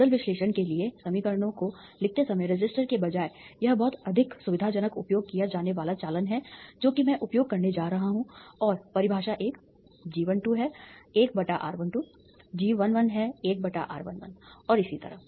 nodal विश्लेषण के लिए समीकरणों को लिखते समय रेसिस्टर के बजाय यह बहुत अधिक सुविधाजनक उपयोग किया जाने वाला चालन है जो कि मैं उपयोग करने जा रहा हूं और परिभाषा1 G12 है 1 R12 G11 है 1 R11 और इसी तरह